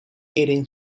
eating